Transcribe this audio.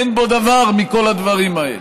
אין בו דבר מכל הדברים האלה.